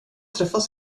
träffas